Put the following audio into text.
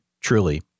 truly